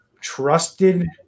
trusted